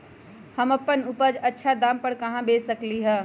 हम अपन उपज अच्छा दाम पर कहाँ बेच सकीले ह?